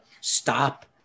stop